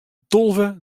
tolve